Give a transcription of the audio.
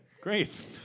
Great